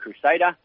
Crusader